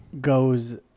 goes